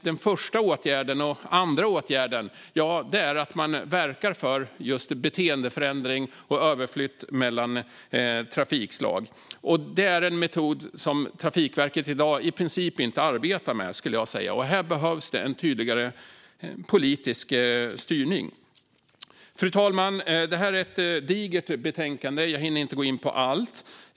Den första och andra åtgärden är att verka för just beteendeförändring och överflytt mellan trafikslag. Detta är en metod som Trafikverket i dag i princip inte arbetar med, skulle jag säga. Här behövs det en tydligare politisk styrning. Fru talman! Det här är ett digert betänkande. Jag hinner inte gå in på allt.